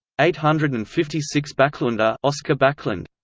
eight hundred and fifty six backlunda ah so backlunda